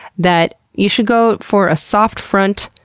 that you should go for a, soft front,